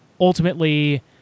ultimately